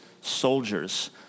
soldiers